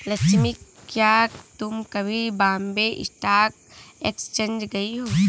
लक्ष्मी, क्या तुम कभी बॉम्बे स्टॉक एक्सचेंज गई हो?